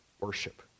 worship